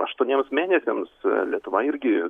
aštuoniems mėnesiams lietuva irgi